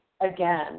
again